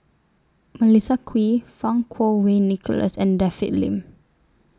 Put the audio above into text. Melissa Kwee Fang Kuo Wei Nicholas and David Lim